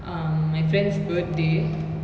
um my friend's birthday